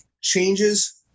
changes